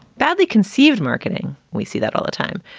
badly conceived marketing. we see that all the time,